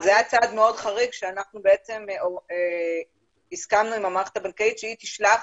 זה היה צעד מאוד חריג שהסכמנו עם המערכת הבנקאית שהיא תשלח